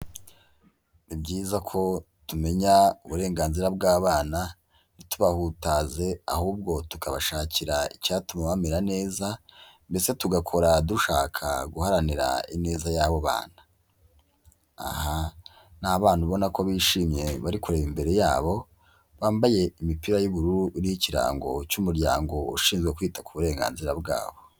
Ni byiza ko tumenya uburenganzira bw'abana, ntitubahutaze ahubwo tukabashakira icyatuma bamera neza ndetse tugakora dushaka guharanira ineza y'abo bana. Aha ni abana ubona ko bishimye bari kureba imbere yabo, bambaye imipira y'ubururu iriho ikirango cy'umuryango ushinzwe kwita ku burenganzira bwabo.